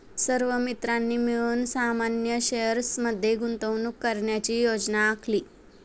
सर्व मित्रांनी मिळून सामान्य शेअर्स मध्ये गुंतवणूक करण्याची योजना आखली